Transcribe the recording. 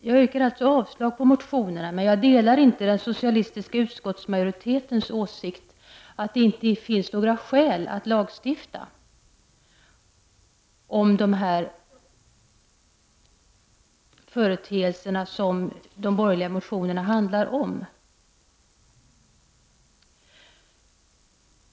Jag yrkar alltså avslag på motionerna, men jag delar inte den socialistiska utskottsmajoritetens åsikt att det inte finns några skäl att lagstifta om de företeelser som de borgerliga motionerna handlar om.